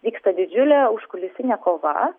vyksta didžiulė užkulisinė kova